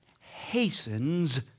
hastens